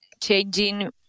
changing